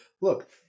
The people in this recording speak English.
look